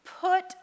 put